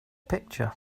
picture